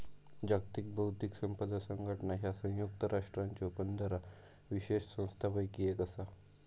जागतिक बौद्धिक संपदा संघटना ह्या संयुक्त राष्ट्रांच्यो पंधरा विशेष संस्थांपैकी एक असा